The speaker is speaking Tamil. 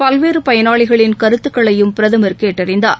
பல்வேறு பயனாளிகளின் கருத்துக்களையும் பிரதமர் கேட்டறிந்தார்